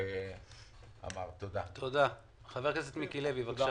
ידידי פרופ' חזי לוי.